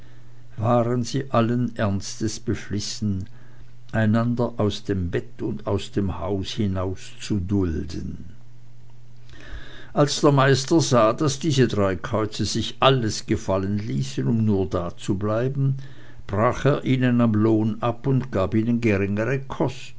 waren sie allen ernstes beflissen einander aus dem bett und dem haus hinauszudulden als der meister sah daß diese drei käuze sich alles gefallen ließen um nur dazubleiben brach er ihnen am lohn ab und gab ihnen geringere kost